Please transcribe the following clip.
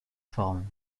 forme